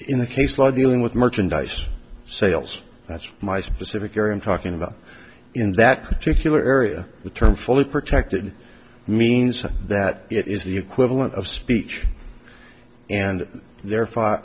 in the case law dealing with merchandise sales that's my specific area of talking about in that particular area the term fully protected means that it is the equivalent of speech and therefore